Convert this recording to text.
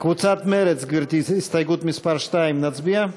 קבוצת מרצ, גברתי, הסתייגות מס' 2, נצביע?